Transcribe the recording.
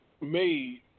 made